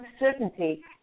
uncertainty